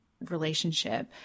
relationship